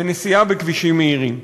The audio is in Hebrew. בנסיעה בכבישים מהירים.